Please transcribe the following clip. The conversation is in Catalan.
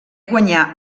guanyà